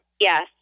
yes